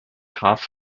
graf